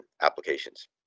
applications